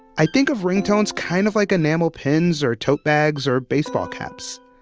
i think of ringtones kind of like enamel pins or tote bags or baseball caps.